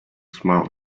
smiled